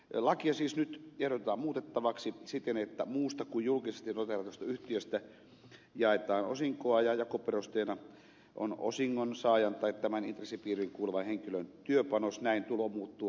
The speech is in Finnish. lakia siis nyt ehdotetaan muutettavaksi siten että kun muusta kuin julkisesti noteeratusta yhtiöstä jaetaan osinkoa ja jakoperusteena on osingonsaajan tai tämän intressipiiriin kuuluvan henkilön työpanos tulo muuttuu ansiotuloksi